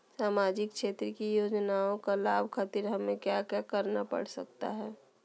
सामाजिक क्षेत्र की योजनाओं का लाभ खातिर हमें क्या क्या करना पड़ सकता है?